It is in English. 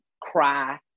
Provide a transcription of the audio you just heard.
cry